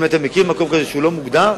אם אתה מכיר מקום כזה שלא מוגדר,